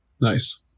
nice